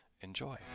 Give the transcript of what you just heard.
enjoy